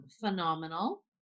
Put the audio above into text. phenomenal